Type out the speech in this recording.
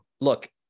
look